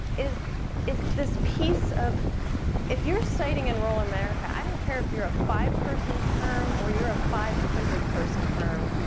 is is this piece of if you're siting in rural america, i don't care if you're a five person firm or you're a five hundred person firm,